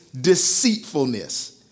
deceitfulness